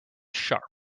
sharp